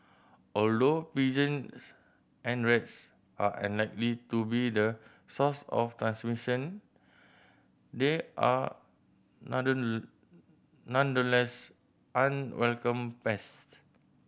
although pigeons and rats are unlikely to be the source of transmission they are nonetheless unwelcome pests